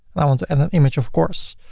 i want to add an image of course.